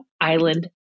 Island